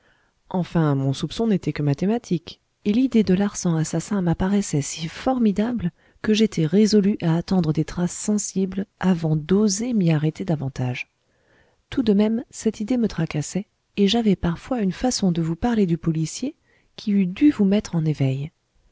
enfin mon soupçon n'était que mathématique et l'idée de larsan assassin m'apparaissait si formidable que j'étais résolu à attendre des traces sensibles avant d'oser m'y arrêter davantage tout de même cette idée me tracassait et j'avais parfois une façon de vous parler du policier qui eût dû vous mettre en éveil